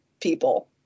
people